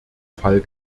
fall